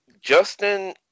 Justin